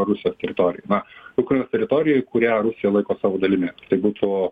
rusijos teritorijoj na ukrainos teritorijoj kurią rusija laiko savo dalimi jeigu tavtai būtų